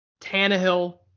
Tannehill